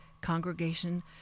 Congregation